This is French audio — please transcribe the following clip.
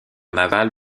naval